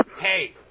Hey